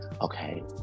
okay